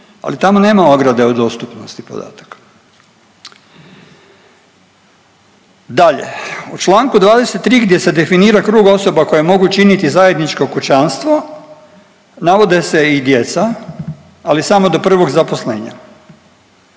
ali tamo nema ograde o dostupnosti podataka. Dalje, u Članku 23. gdje se definira krug osoba koje mogu činiti zajedničko kućanstvo navode se i djeca, ali samo do prvog zaposlenja.